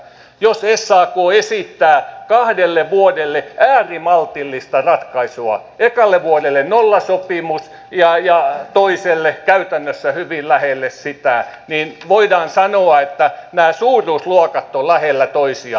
jos sak esittää kahdelle vuodelle äärimaltillista ratkaisua ekalle vuodelle nollasopimus ja toiselle käytännössä hyvin lähelle sitä niin voidaan sanoa että nämä suuruusluokat ovat lähellä toisiaan